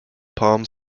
palm